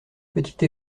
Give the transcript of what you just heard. petite